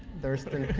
thurston